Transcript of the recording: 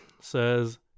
says